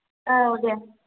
औ दे